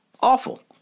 Awful